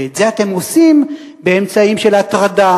ואת זה אתם עושים באמצעים של הטרדה,